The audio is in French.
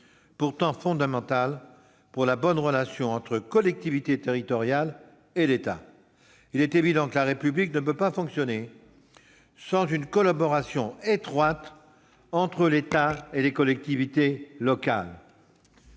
pourtant fondamental pour la bonne relation entre les collectivités territoriales et l'État. Il est évident que la République ne peut pas fonctionner sans une collaboration étroite entre l'État et les collectivités locales.